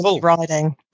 riding